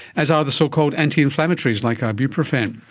as are the so-called anti-inflammatories like ibuprofen.